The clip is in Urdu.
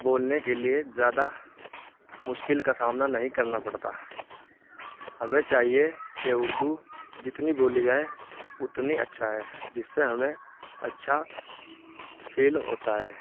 بولنے کے لیے زیادہ مشکل کا سامنا نہیں کرنا پڑتا ہمیں چاہیے کہ اردو جتنی بولی جائے اتنی اچھا ہے جس سے ہمیں اچھا فیل ہوتا ہے